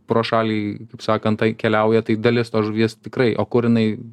pro šalį taip sakant keliauja tai dalis tos žuvies tikrai o kur jinai